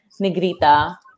Negrita